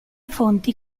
fonti